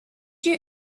you